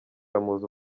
bamuzi